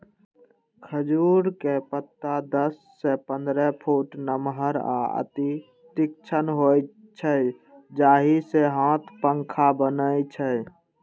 खजूरक पत्ता दस सं पंद्रह फुट नमहर आ अति तीक्ष्ण होइ छै, जाहि सं हाथ पंखा बनै छै